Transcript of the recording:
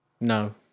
No